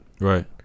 Right